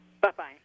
Bye-bye